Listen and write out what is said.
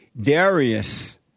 Darius